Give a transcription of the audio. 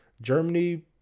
Germany